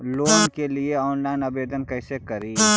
Loan के लिये online आवेदन कैसे करि?